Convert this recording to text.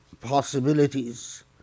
possibilities